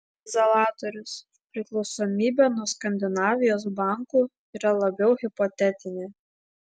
zalatorius priklausomybė nuo skandinavijos bankų yra labiau hipotetinė